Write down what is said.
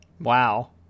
Wow